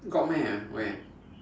got meh where